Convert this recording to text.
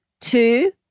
Two